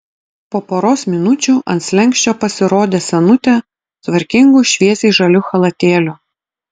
po poros minučių ant slenksčio pasirodė senutė tvarkingu šviesiai žaliu chalatėliu